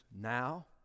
now